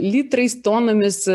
litrais tonomis